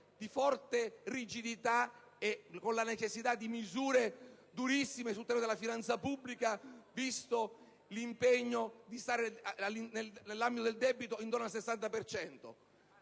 di forte rigidità e la necessità di misure durissime sul tema della finanza pubblica, visto l'impegno di riportare il debito intorno al 60